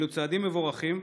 אלו צעדים מבורכים,